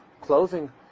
clothing